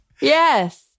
Yes